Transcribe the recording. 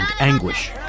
anguish